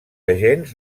agents